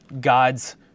God's